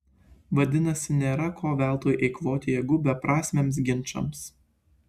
vadinasi nėra ko veltui eikvoti jėgų beprasmiams ginčams